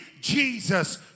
Jesus